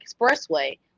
expressway